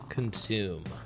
Consume